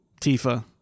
Tifa